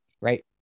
right